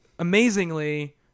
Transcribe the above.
Amazingly